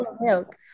milk